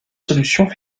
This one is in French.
solutions